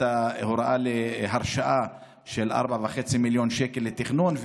הוראה להרשאה של 4.5 מיליון שקל לתכנון,